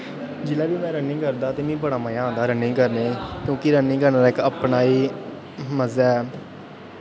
जिसलै बी में रनिंग करदा हा ते मिगा बड़ा मजा आंदा हा रनिंग करने गी क्योंकि रनिंग दा अपना गै मजा